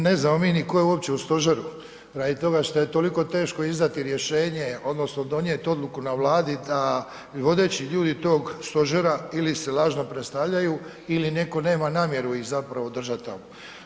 Naime, ne znamo mi ni tko je uopće u stožeru radi toga što je toliko teško izdati rješenje odnosno donijeti odluku na Vladi da vodeći ljudi tog stožera ili se lažno predstavljaju ili netko nema namjeru ih zapravo držati tamo.